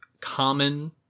common